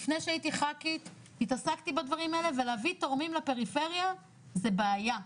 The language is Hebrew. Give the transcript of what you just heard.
לפני שהייתי ח"כית התעסקתי בדברים האלה ולהביא תורמים לפריפריה זה בעיה,